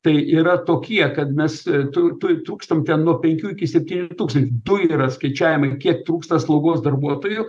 tai yra tokie kad mes ir tu tu trūkstam nuo penkių iki septynių tūkstančių du yra skaičiavimai kiek trūksta slaugos darbuotojų